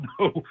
no